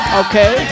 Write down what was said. okay